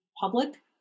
public